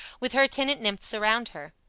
with her attendant nymphs around her.